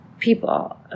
People